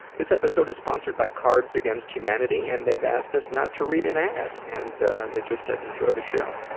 this episode is sponsored by cards against humanity and they've asked us not to read an ad, and they just said, enjoy the show.